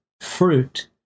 fruit